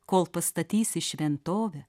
kol pastatysi šventovę